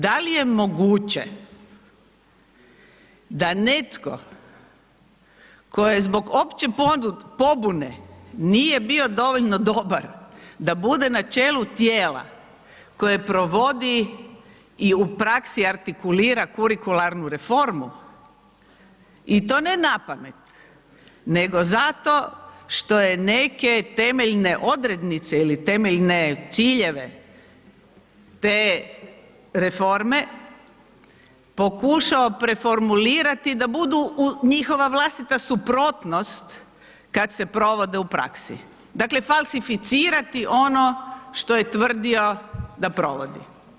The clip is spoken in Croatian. Da li je moguće da netko tko je zbog opće pobune, nije bio dovoljno dobar da bude na čelu tijela koje provodi i u praksi artikulira kurikularnu reformu i to ne napamet, nego zato što je neke temeljne odrednice ili temeljne ciljeve te reforme pokušao preformulirati da budu njihova vlastita suprotnost kad se provode u praksi, dakle, falsificirati ono što je tvrdio da provodi.